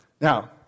Now